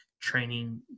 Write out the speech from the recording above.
training